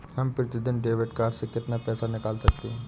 हम प्रतिदिन debit card से कितना पैसा निकाल सकते हैं?